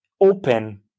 open